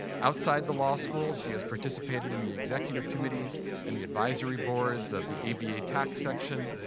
outside the law school, she has participated in the executive committees and the advisory boards of the aba tax section,